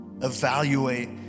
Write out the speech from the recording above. evaluate